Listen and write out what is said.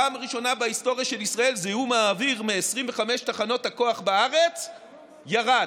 פעם ראשונה בהיסטוריה של ישראל זיהום האוויר מ-25 תחנות הכוח בארץ ירד.